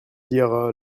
dire